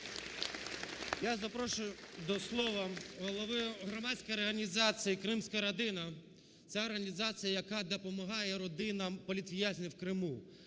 Я запрошую до слова голову громадської організації "Кримська Родина". Це організація, яка допомагає родинам політв'язнів у Криму.